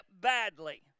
badly